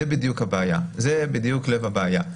זה בדיוק לב הבעיה.